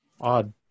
odd